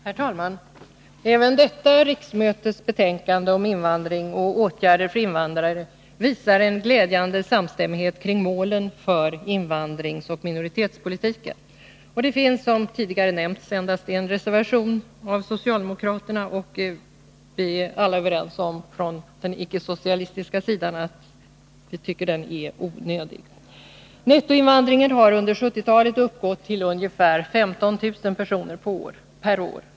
Herr talman! Även detta riksmötes betänkande om invandring och åtgärder för invandrare visar en glädjande samstämmighet kring målen för invandringsoch minoritetspolitiken. Det finns, som tidigare nämnts, endast en reservation av socialdemokraterna, och vi är alla från den ickesocialistiska sidan överens om att den är onödig. Nettoinvandringen har under 1970-talet uppgått till ungefär 15 000 personer per år.